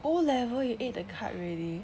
O level you eat carb already